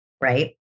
right